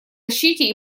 защите